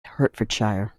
hertfordshire